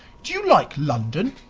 do you like london,